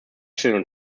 children